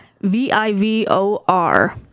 V-I-V-O-R